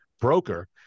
broker